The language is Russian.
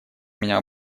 меня